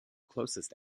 closest